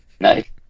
Nice